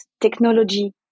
technology